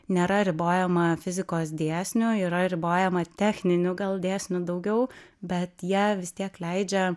nėra ribojama fizikos dėsnių yra ribojama techninių gal dėsnių daugiau bet jie vis tiek leidžia